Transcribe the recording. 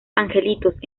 angelitos